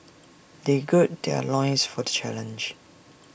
they gird their loins for the challenge